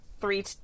three